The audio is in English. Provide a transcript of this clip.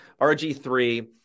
RG3